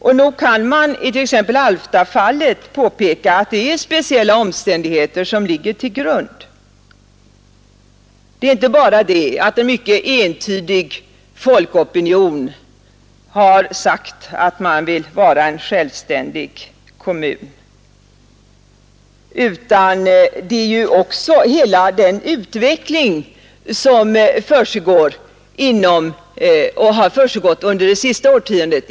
Och nog kan man i t.ex. Alftafallet påpeka att det är speciella omständigheter som ligger till grund; det är inte bara det att en mycket entydig folkopinion har sagt att man vill vara en självständig kommun, utan det är också hela den utveckling som försiggår och har försiggått inom Alfta under det senaste årtiondet.